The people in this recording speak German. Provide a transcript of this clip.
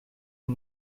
wie